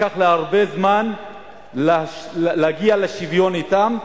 לקח לי הרבה זמן להגיע לשוויון אתם,